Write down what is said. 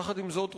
יחד עם זאת,